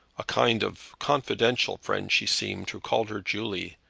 a kind of confidential friend she seemed, who called her julie.